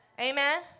Amen